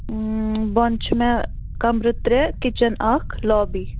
بۅنہٕ چھِ مےٚ کمبرٕ ترٛےٚ کِچن اَکھ لابی